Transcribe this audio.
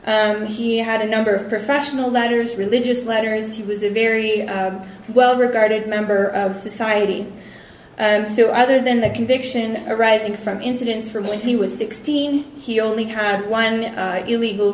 then he had a number of professional letters religious letters he was a very well regarded member of society so other than the conviction arising from incidents from when he was sixteen he only had one illegal